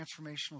transformational